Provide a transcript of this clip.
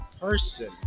person